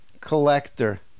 collector